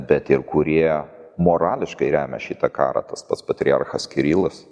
bet ir kurie morališkai remia šitą karą tas pats patriarchas kirilas